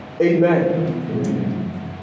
Amen